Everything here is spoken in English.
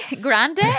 Grande